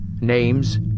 names